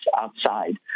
outside